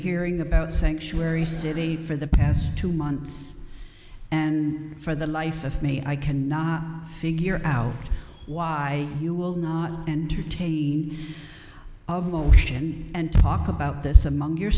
hearing about sanctuary city for the past two months and for the life of me i cannot figure out why you will not entertain of motion and talk about this among your